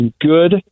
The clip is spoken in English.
good